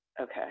Okay